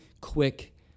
quick